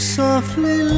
softly